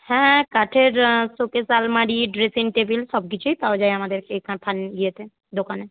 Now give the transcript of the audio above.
হ্যাঁ কাঠের শোকেস আলমারি ড্রেসিং টেবিল সবকিছুই পাওয়া যায় আমাদের এখানে ইয়েতে দোকানে